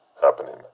happening